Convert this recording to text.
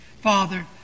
Father